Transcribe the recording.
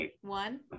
One